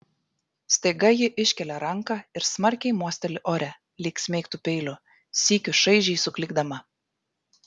staiga ji iškelia ranką ir smarkiai mosteli ore lyg smeigtų peiliu sykiu šaižiai suklykdama